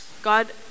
God